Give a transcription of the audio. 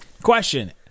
question